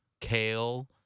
kale